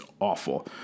awful